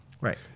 Right